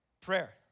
prayer